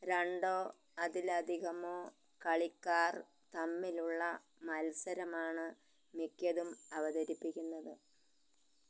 രണ്ടോ അതിലധികമോ കളിക്കാർ തമ്മിലുള്ള മത്സരമാണ് മിക്കതും അവതരിപ്പിക്കുന്നത്